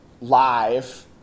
live